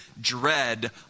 dread